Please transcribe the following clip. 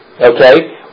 Okay